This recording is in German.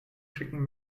schicken